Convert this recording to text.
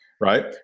right